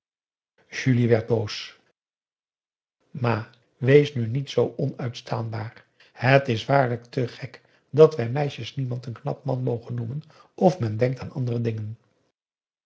ma wees nu niet zoo onuitstaanbaar het is waarlijk te gek dat wij meisjes niemand n knap man mogen noemen of men denkt aan andere dingen